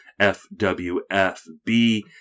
FWFB